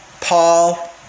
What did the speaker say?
Paul